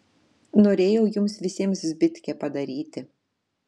norėjau jums visiems zbitkę padaryti